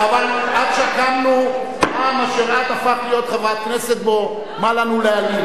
אבל עד, את הפכת להיות חברת כנסת, מה לנו להלין?